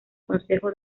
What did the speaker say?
consejo